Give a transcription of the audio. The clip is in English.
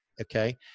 Okay